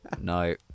no